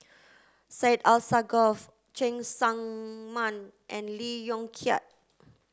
Syed Alsagoff Cheng Tsang Man and Lee Yong Kiat